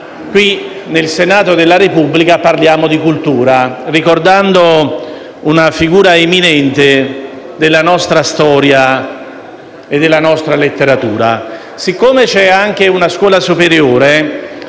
qui, nel Senato della Repubblica, parliamo di cultura, ricordando una figura eminente della nostra storia e letteratura. Siccome c'è anche una scuola superiore,